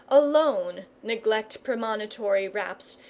alone neglect premonitory raps,